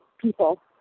people